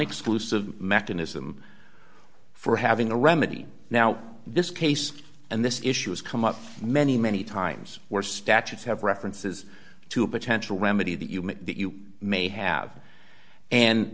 exclusive mechanism for having a remedy now this case and this issue has come up many many times where statutes have references to a potential remedy that you meant that you may have and